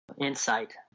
insight